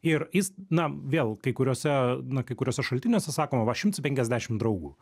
ir jis na vėl kai kuriuose na kai kuriuose šaltiniuose sakoma va šimtas penkiasdešim draugų